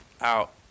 out